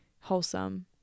wholesome